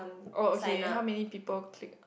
oh okay how many people click